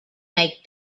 make